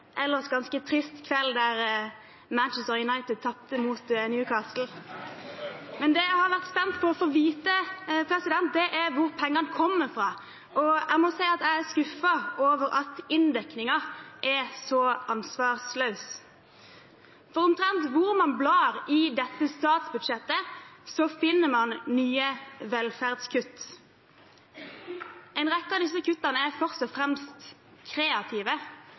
ellers ganske trist kveld, der Manchester United tapte mot Newcastle. Men det jeg har vært spent på å få vite, er hvor pengene kommer fra. Jeg må si at jeg er skuffet over at inndekningen er så ansvarsløs, for omtrent uansett hvor man blar i dette statsbudsjettet, finner man nye velferdskutt. En rekke av disse kuttene er først og fremst kreative.